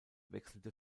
wechselte